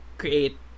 create